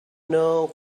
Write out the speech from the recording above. know